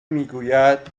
میگوید